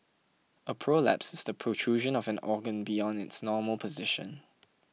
a prolapse is the protrusion of an organ beyond its normal position